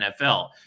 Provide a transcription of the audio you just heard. NFL